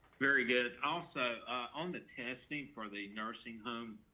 very good. also on the testing for the nursing home,